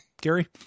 Gary